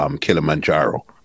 Kilimanjaro